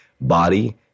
body